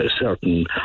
certain